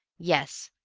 yes,